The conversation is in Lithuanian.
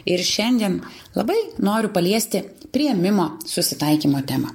ir šiandien labai noriu paliesti priėmimo susitaikymo temą